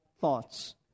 thoughts